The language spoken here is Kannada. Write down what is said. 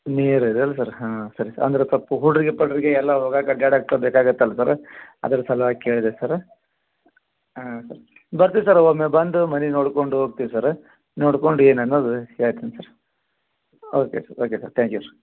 ನಿಯರ್ ಇದೆಲ್ಲ ಸರ್ ಹಾಂ ಸರಿ ಸರ್ ಅಂದ್ರೆ ಸ್ವಲ್ಪ ಹುಡುಗ್ರು ಪಡ್ರಿಗೆ ಎಲ್ಲ ಹೋಗೋಕ್ಕೆ ಅಡ್ಡಾಡೋಕ್ಕೆ ಬೇಕಾಗುತ್ತೆಲ್ಲ ಸರ್ ಅದ್ರ ಸಲುವಾಗಿ ಕೇಳಿದೆ ಸರ ಹಾಂ ಸರ್ ಬರ್ತೀವಿ ಸರ್ ಒಮ್ಮೆ ಬಂದು ಮನೆ ನೋಡ್ಕೊಂಡು ಹೋಗ್ತೀವಿ ಸರ್ ನೋಡ್ಕೊಂಡು ಏನನ್ನೋದು ಹೇಳ್ತೀನಿ sir okay sir okay sir thank you sir